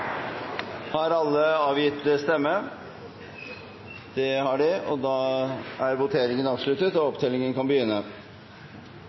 Har alle avgitt stemme? Da er voteringen avsluttet. Stemmesedlene vil etter vanlig praksis bli opptalt etter møtet, og